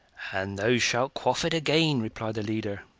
and thou shalt quaff it again, replied the leader.